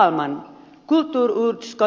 herr talman